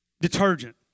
detergent